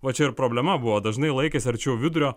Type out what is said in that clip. va čia ir problema buvo dažnai laikėsi arčiau vidurio